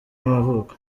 y’amavuko